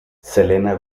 selena